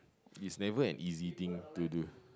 but it's never an easy thing to do